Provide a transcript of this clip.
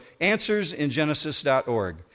AnswersInGenesis.org